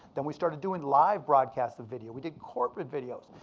then we started doing live broadcasts of video. we did corporate videos.